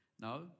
No